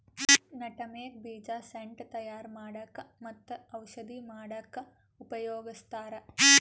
nutmeg ಬೀಜ scent ತಯಾರ್ ಮಾಡಕ್ಕ್ ಮತ್ತ್ ಔಷಧಿ ಮಾಡಕ್ಕಾ ಉಪಯೋಗಸ್ತಾರ್